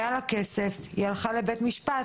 היה לה כסף, היא הלכה לבית משפט.